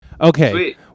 Okay